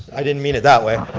i didn't mean it that way.